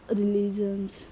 religions